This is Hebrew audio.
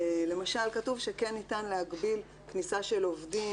למשל כתוב שכן ניתן להגביל כניסה של עובדים